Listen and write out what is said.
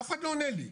אף אחד לא עונה לי,